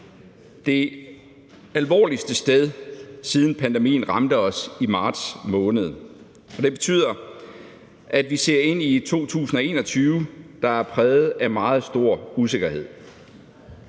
det alvorligste sted, siden pandemien ramte os i marts måned, og det betyder, at vi ser ind i et 2021, der er præget af meget stor usikkerhed.